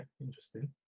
interesting